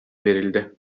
verildi